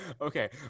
Okay